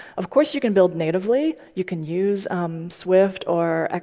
of course, you can build natively. you can use swift or ah